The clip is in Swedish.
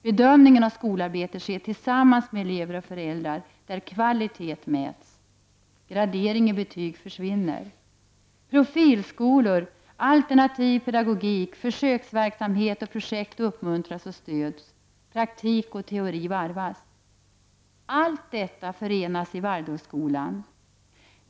Be dömningen av skolarbetet sker tillsammans med elever och föräldrar, varvid kvalitet mäts. Gradering i betyg försvinner. Profilskolor, alternativ pedagogik, försöksverksamhet och projekt uppmuntras och stöds. Praktik och teori varvas. Allt detta förenas i Waldorfskolan.